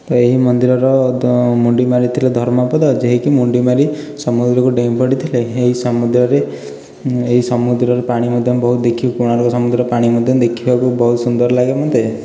ଏହି ମନ୍ଦିରର ମୁଣ୍ଡି ମାରିଥିଲେ ଧର୍ମପଦ ଯେହିକି ମୁଣ୍ଡି ମାରି ସମୁଦ୍ରକୁ ଡେଇଁ ପଡ଼ିଥିଲେ ଏହି ସମୁଦ୍ରରେ ଏହି ସମୁଦ୍ରର ପାଣି ମଧ୍ୟ ବହୁତ ଦେଖି କୋଣାର୍କ ସମୁଦ୍ର ପାଣି ମଧ୍ୟ ଦେଖିବାକୁ ବହୁତ ସୁନ୍ଦର ଲାଗେ ମୋତେ